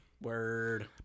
word